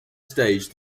stage